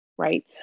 right